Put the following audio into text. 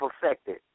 perfected